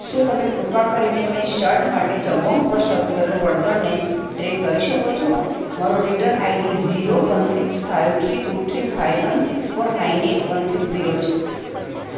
શું તમે કૃપા કરીને મેં શર્ટ માટે જબોંગ પર શરૂ કરેલ વળતરને ટ્રેક કરી શકો છો મારું return ID zero one six five three two three five one six four nine eight one six zero છે